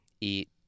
eat